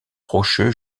rocheux